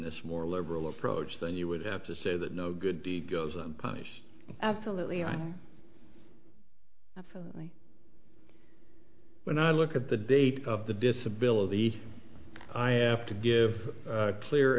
this more liberal approach then you would have to say that no good deed goes unpunished absolutely i'm absolutely when i look at the date of the disability i have to give a